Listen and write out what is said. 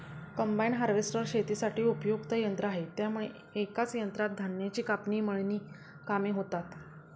combine harvester शेतीसाठी उपयुक्त यंत्र आहे त्यामुळे एकाच यंत्रात धान्याची कापणी, मळणी कामे होतात